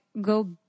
go